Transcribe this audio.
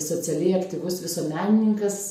socialiai aktyvus visuomenininkas